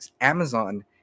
Amazon